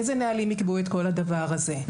איזה נהלים יקבעו את כל הדבר הזה,